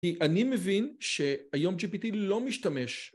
כי אני מבין שהיום gpt לא משתמש